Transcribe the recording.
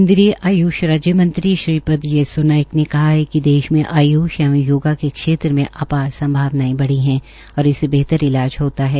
केन्द्रीय आयुष राज्य मंत्री श्रीपद येस्सों नाईक ने कहा है कि देश में आय्ष एवं योगा के क्षेत्र में आपार संभावनायें बढ़ी है और उससे बेहतर इलाज होता है